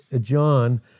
John